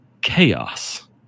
chaos